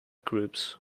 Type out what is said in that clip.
groups